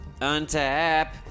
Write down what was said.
Untap